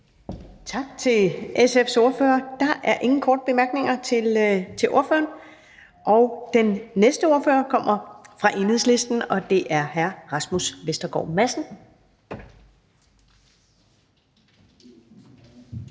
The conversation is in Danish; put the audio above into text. Tak til SF's ordfører. Der er ingen korte bemærkninger til ordføreren. Og den næste ordfører kommer fra Enhedslisten, og det er hr. Rasmus Vestergaard Madsen.